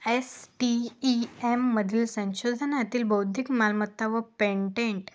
S T E M मधील संशोधनातील बौद्धिक मालमत्ता व पेंन्टेंट